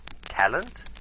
talent